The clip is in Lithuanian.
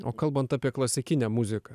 o kalbant apie klasikinę muziką